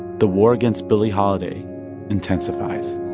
the war against billie holiday intensifies